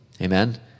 Amen